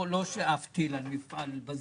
לא שעף טיל על מפעל בז"ן.